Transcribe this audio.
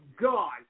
God